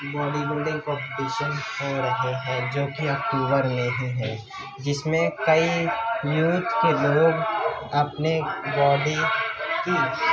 body building competitions ہو رہے ہیں جو کہ اکتوبر میں ہی ہیں جس میں کئی کے لوگ اپنے باڈی کی